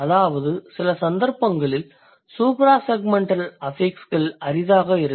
அதாவது சில சந்தர்ப்பங்களில் சூப்ராசெக்மெண்டல் அஃபிக்ஸ்கள் அரிதாக இருக்கும்